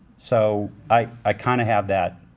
so i kinda have that